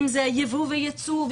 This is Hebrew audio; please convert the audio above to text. אם זה ייבוא וייצוא,